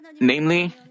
Namely